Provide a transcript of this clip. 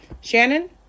Shannon